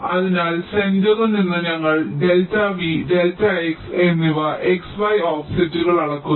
അതിനാൽ സെന്ററിൽ നിന്ന് ഞങ്ങൾ ഡെൽറ്റ V ഡെൽറ്റ X എന്നിവ x y ഓഫ്സെറ്റുകൾ അളക്കുന്നു